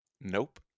Nope